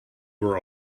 were